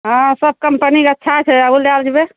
हँ सब कम्पनीके अच्छा छै